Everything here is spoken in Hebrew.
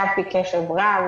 הכנסת".